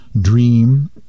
dream